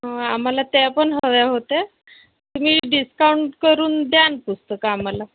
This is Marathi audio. आम्हाला त्या पण हव्या होते तुम्ही डिस्काउंट करून द्या ना पुस्तकं आम्हाला